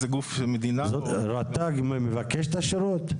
רט"ג מבקש את השירות?